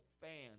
fans